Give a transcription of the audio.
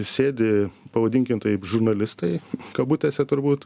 sėdi pavadinkim taip žurnalistai kabutėse turbūt